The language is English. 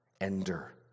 ender